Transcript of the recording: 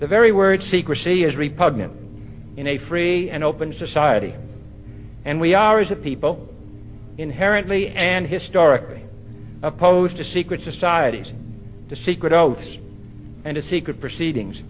the very word secrecy is repugnant in a free and open society and we are as a people inherently and historically opposed to secret societies the secret oath and a secret proceedings